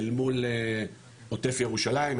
אל מול עוטף ירושלים,